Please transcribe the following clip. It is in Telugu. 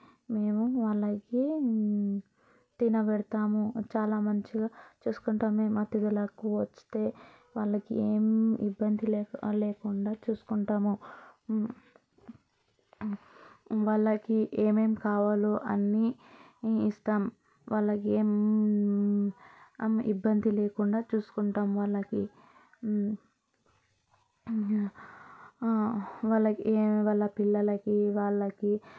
మేము వాళ్ళకి తినబడతాము చాలా మంచిగా చూసుకుంటాము మాకు అతిథులు వస్తే వాళ్ళకి ఏమి ఇబ్బంది ఇబ్బంది లేకుండా చూసుకుంటాము వాళ్ళకి ఏమేం కావాలో అన్నీ ఇస్తాం వాళ్ళకి ఏమి ఇబ్బంది లేకుండా చూసుకుంటాం వాళ్ళకి వాళ్ళకి ఏమి వాళ్ళ పిల్లలకి వాళ్ళకి